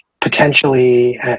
potentially